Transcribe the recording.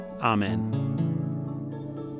Amen